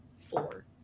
Four